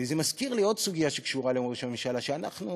זה מזכיר לי עוד סוגיה שקשורה לראש הממשלה שאנחנו